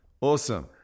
Awesome